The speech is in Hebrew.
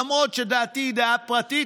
למרות שדעתי היא דעה פרטית.